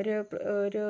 ഒരു ഒരു